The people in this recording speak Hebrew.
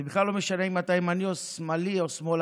זה בכלל לא משנה אם אתה ימני או שמאלני או מרכזי,